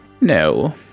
No